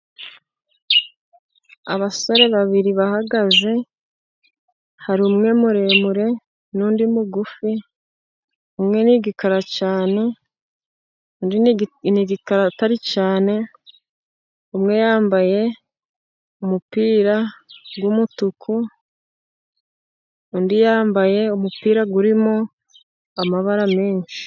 Abasore babiri bahagaze, hari umwe muremure n' undi mugufi; umwe n' igikara cyane, umwe yambaye umupira w' umutuku undi yambaye umupira urimo amabara menshi.